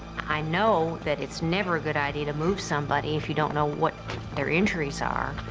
i know that it's never a good idea to move somebody if you don't know what their injuries are,